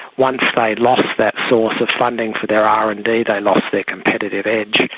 once they lost that source of funding for their r and d, they lost their competitive edge.